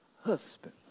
husband